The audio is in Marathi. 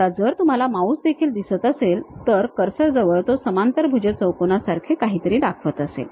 आता जर तुम्हाला माउस देखील दिसत असेल तर कर्सर जवळ ते समांतरभुज चौकोनासारखे काहीतरी दाखवत असेल